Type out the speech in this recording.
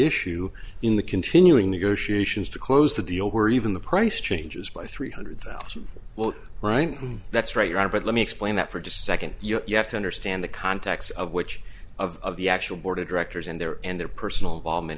issue in the continuing negotiations to close the deal where even the price changes by three hundred thousand well right that's right but let me explain that for just a second you know you have to understand the context of which of the actual board of directors and their and their personal vol